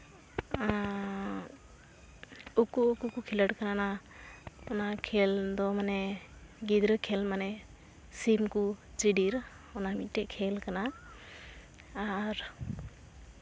ᱟᱨ ᱩᱠᱩ ᱩᱠᱩ ᱠᱚ ᱠᱷᱤᱞᱳᱰ ᱠᱟᱱᱟ ᱚᱱᱟ ᱠᱷᱮᱞ ᱫᱚ ᱢᱟᱱᱮ ᱜᱤᱫᱽᱨᱟᱹ ᱠᱷᱮᱞ ᱢᱟᱱᱮ ᱥᱤᱢ ᱠᱚ ᱪᱤᱰᱤᱨ ᱚᱱᱟ ᱢᱤᱫᱴᱮᱱ ᱠᱷᱮᱞ ᱠᱟᱱᱟ ᱟᱨ